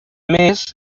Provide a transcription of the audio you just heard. més